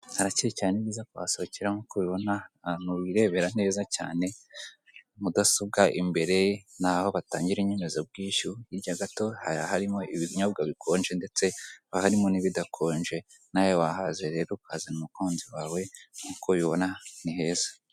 Harakeye cyane ni byiza kuhasohokera nk'uko ubibona, ahantu wirebera neza cyane, mudasobwa imbere n'aho batangira inyemezabwinshyu, hirya gato haba harimo ibinyobwa bikonje ndetse haba harimo n'ibidakonje, nawe wahaza rero ukahazana umukunzi wawe, nk'uko ubibona ni heza.